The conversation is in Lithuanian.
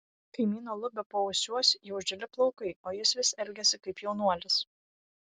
kaimyno lubio paausiuos jau žili plaukai o jis vis elgiasi kaip jaunuolis